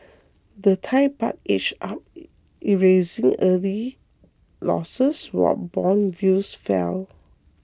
the Thai Baht edged up erasing early losses while bond yields fell